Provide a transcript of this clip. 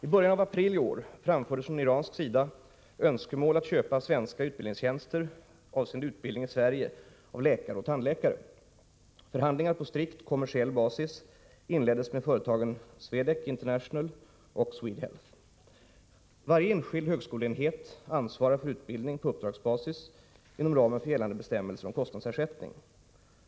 I början av april i år framfördes från iransk sida önskemål att köpa svenska utbildningstjänster avseende utbildning i Sverige av läkare och tandläkare. Förhandlingar på strikt kommersiell basis inleddes med företagen Swedec International AB och Swedehealth AB. Varje enskild högskoleenhet ansvarar för utbildning på uppdragsbasis inom ramen för gällande bestämmelser om kostnadsersättning.